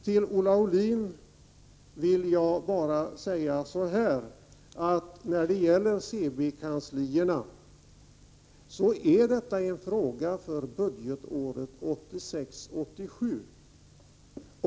Till Olle Aulin vill jag bara säga att CB-kanslierna är en fråga för budgetåret 1986/87.